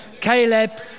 Caleb